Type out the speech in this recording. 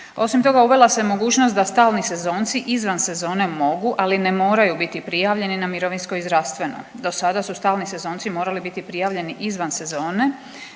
Osim toga uvela se mogućnost da stalni sezonci izvan sezone mogu, ali ne moraju biti prijavljeni na mirovinsko i zdravstveno, dosada su stalni sezonci morali biti prijavljeni izvan sezone